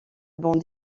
bande